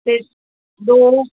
ਅਤੇ ਦੋ